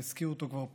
והזכירו אותו כבר פה,